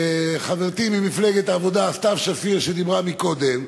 חברתי ממפלגת העבודה סתיו שפיר שדיברה קודם,